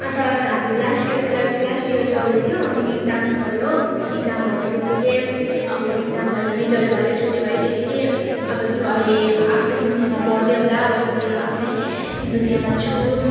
अन्त हाम्रो last year टुएल्भको लास्ट इयर चल्दैथियो अनि इक्जाम्स भयो इक्जाम भएर त्यतिकै अब इक्जाम भएर रिजल्ट भयो छुट्टी भयो त्यतिकै अब त्यो अहिले आफ्नो दुनियाँमा पढ्दै होला अब म मेरो आफ्नै दुनियाँमा छु